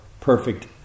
perfect